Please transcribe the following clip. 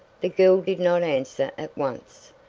the girl did not answer at once.